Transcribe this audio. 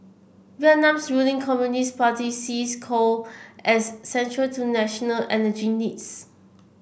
Vietnam's ruling Communist Party sees coal as central to national energy needs